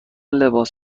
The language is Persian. لباس